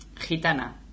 gitana